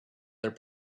their